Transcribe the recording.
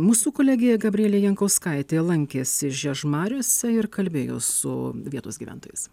mūsų kolegė gabrielė jankauskaitė lankėsi žiežmariuose ir kalbėjo su vietos gyventojais